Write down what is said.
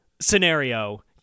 scenario